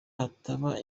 hataba